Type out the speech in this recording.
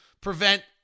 prevent